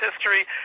History